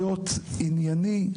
להיות ענייני,